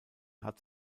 hat